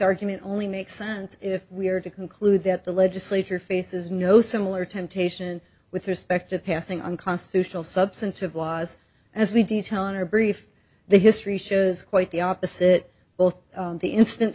argument only makes sense if we are to conclude that the legislature faces no similar temptation with respect to passing unconstitutional substantive laws as we detail on our brief the history shows quite the opposite both on the instant